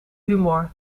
humor